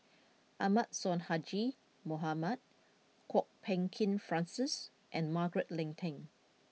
Ahmad Sonhadji Mohamad Kwok Peng Kin Francis and Margaret Leng Tan